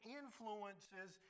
influences